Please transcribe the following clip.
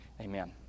Amen